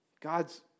God's